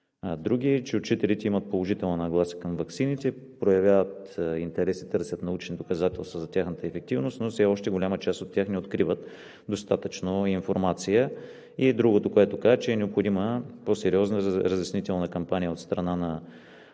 извода: учителите имат положителна нагласа към ваксините, проявяват интерес и търсят научни доказателства за тяхната ефективност, но все още голяма част от тях не откриват достатъчно информация. Другото, което казаха, е, че е необходима по-сериозна разяснителна кампания от страна на районните